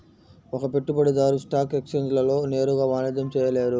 ఒక పెట్టుబడిదారు స్టాక్ ఎక్స్ఛేంజ్లలో నేరుగా వాణిజ్యం చేయలేరు